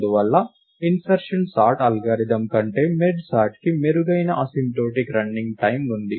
అందువల్ల insertion sort algorithm కంటే merge సార్ట్కి మెరుగైన అసింప్టోటిక్ రన్నింగ్ టైమ్ ఉంది